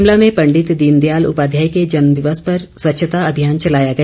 शिमला में पंडित दीनदयाल उपाध्याय के जन्म दिवस पर स्वच्छता अभियान चलाया गया